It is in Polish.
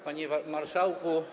Panie Marszałku!